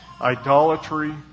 idolatry